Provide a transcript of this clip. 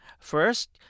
First